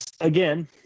again